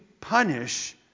punish